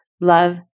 Love